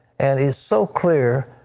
and is so clear.